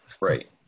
Right